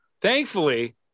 Thankfully